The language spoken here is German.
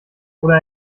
oder